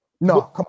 No